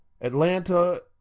Atlanta